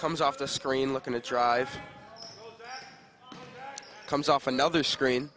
comes off the screen looking to drive comes off another screen